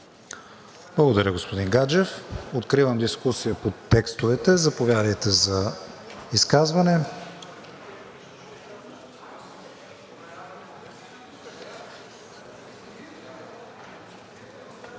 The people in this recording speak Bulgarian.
Благодаря, господин Гаджев. Откривам дискусия по текстовете. Заповядайте за изказване,